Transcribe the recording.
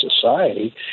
society